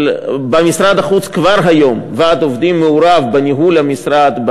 אבל במשרד החוץ כבר היום ועד העובדים מעורב בניהול המשרד,